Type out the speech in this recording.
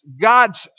God's